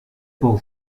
ball